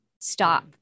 stop